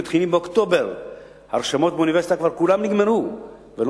אף-על-פי שבאוניברסיטאות כמעט כבר נגמרה ההרשמה לכל הפקולטות,